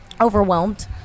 overwhelmed